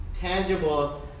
Tangible